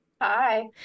hi